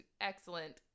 excellent